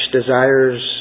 desires